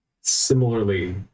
Similarly